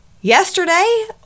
yesterday